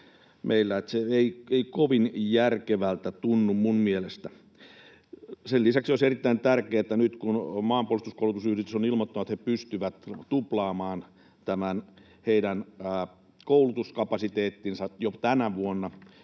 se ei kovin järkevältä tunnu minun mielestäni. Sen lisäksi olisi erittäin tärkeää, että nyt kun Maanpuolustuskoulutusyhdistys on ilmoittanut, että he pystyvät tuplaamaan tämän heidän koulutuskapasiteettinsa jo tänä vuonna,